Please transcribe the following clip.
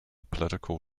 political